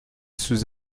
sous